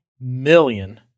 million